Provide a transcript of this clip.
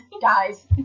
guys